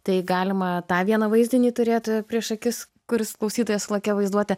tai galima tą vieną vaizdinį turėt prieš akis kuris klausytojas su lakia vaizduote